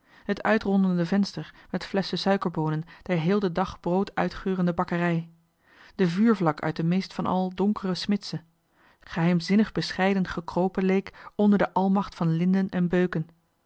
het uitrondende venster met flesschen suikerboonen der heel den dag brood uitgeurende bakkerij de vuurvlak uit de meest van al donkere smidse geheimzinnig bescheiden gekropen leek onder de johan de meester de zonde in het deftige dorp almacht van linden en beuken